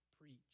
preach